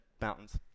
mountains